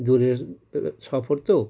দূরের তো সফর তো